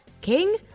King